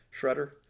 Shredder